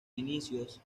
inicios